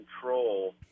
control